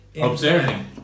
observing